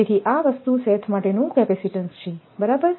તેથી આ વસ્તુ શેથ માટેનું કેપેસિટીન્સ છે બરાબર